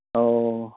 ꯑꯣ